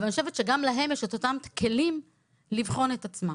אבל אני חושבת שגם להם יש את אותם כלים לבחון את עצמם.